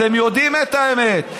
אתם יודעים את האמת.